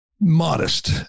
modest